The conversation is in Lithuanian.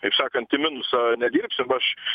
taip sakant į minusą nedirbsim aš